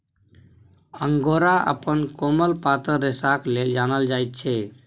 angora अपन कोमल पातर रेशाक लेल जानल जाइत छै